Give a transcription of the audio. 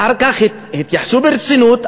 אחר כך התייחסו ברצינות,